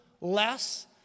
less